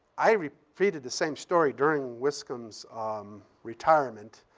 i repeated the same story during wiscombe's retirement,